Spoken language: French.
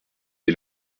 est